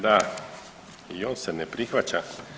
Da, i on se ne prihvaća.